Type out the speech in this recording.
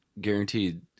guaranteed